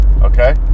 okay